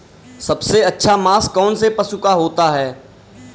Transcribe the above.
सबसे अच्छा मांस कौनसे पशु का होता है?